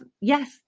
yes